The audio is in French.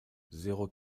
zéro